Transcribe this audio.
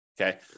Okay